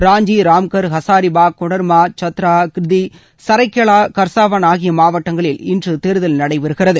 ராஞ்சி ராம்கர் ஹசாரிபாக் கொடர்மா சத்ரா கிரிதி சகரைக்கேலா கர்சவான் ஆகிய மாவட்டங்களில் இன்று தேர்தல் நடைபெறுகிறது